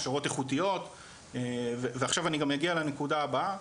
הכשרות איכותיות ועכשיו אני גם אגיע לנקודה הבאה,